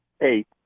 Eight